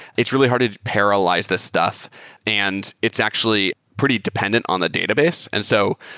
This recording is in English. it's really hard if you parallelize this stuff and it's actually pretty dependent on the database. and so